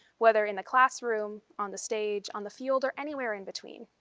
whether in the classroom, on the stage, on the field, or anywhere in between.